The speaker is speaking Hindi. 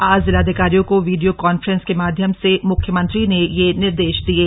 आज जिलाधिकारियों को वीडियो कांफ्रेंस के माध्यम से म्ख्यमंत्री ने यह निर्देश दिये